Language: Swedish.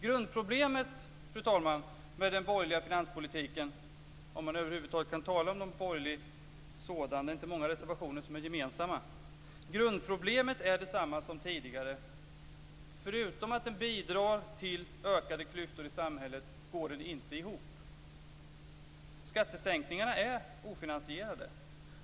Grundproblemet, fru talman, med den borgerliga finanspolitiken - om man över huvud taget kan tala om en borgerlig sådan, för det är inte många reservationer som är gemensamma - är detsamma som tidigare. Förutom att den bidrar till ökade klyftor i samhället går den inte ihop. Skattesänkningarna är ofinansierade.